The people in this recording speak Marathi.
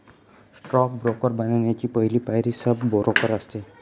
स्टॉक ब्रोकर बनण्याची पहली पायरी सब ब्रोकर असते